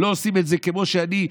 לא עושים את זה כמו שאני,